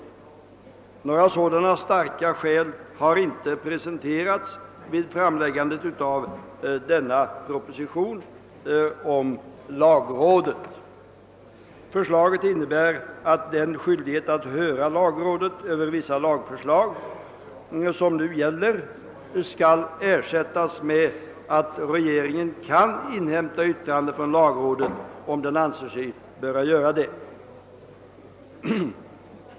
Några sådana starka skäl har inte presenterats vid framläggandet av förevarande proposition om lagrådet. Förslaget innebär att den skyldighet att höra lagrådet beträffande vissa lagförslag, vilken nu gäller, skall ersättas med en ordning där regeringen kan inhämta yttrande från lagrådet endast om den anser sig böra göra det.